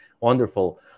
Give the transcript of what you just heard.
Wonderful